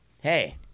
hey